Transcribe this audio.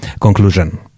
conclusion